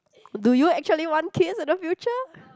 do you actually want kids in the future